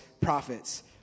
prophets